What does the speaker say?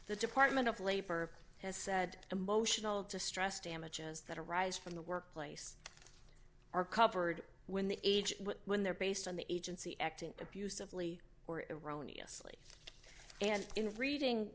the department of labor has said emotional distress damages that arise from the workplace are covered when the age when they're based on the agency acting abusively or eroni asli and in reading